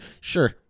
sure